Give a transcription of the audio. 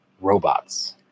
robots